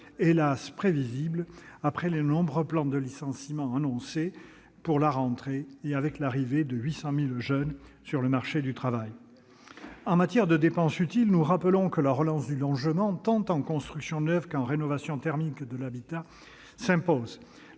hélas ! prévisible après les nombreux plans de licenciement annoncés pour la rentrée et avec l'arrivée de 800 000 jeunes sur le marché du travail. En matière de dépenses utiles, nous rappelons que la relance du logement, tant en constructions neuves qu'en opérations de rénovation thermique de l'habitat, s'impose.